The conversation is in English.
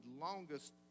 longest